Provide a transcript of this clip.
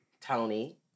Tony